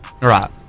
Right